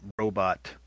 robot